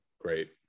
Great